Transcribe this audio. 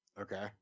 Okay